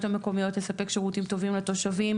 המקומיות לספק שירותים טובים לתושבים,